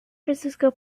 francisco